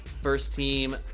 First-team